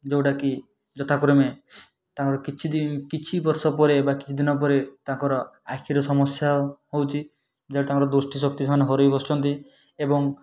ଯୋଉଟା କି ଯଥାକ୍ରମେ ତାଙ୍କର କିଛି ଦିନ କିଛି ବର୍ଷ ପରେ ବା କିଛି ଦିନ ପରେ ତାଙ୍କର ଆଖିର ସମସ୍ୟା ହେଉଛି ଯେଉଁଟା ତାଙ୍କର ଦୃଷ୍ଟି ଶକ୍ତି ସେମାନେ ହରେଇ ବସୁଛନ୍ତି ଏବଂ